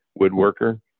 woodworker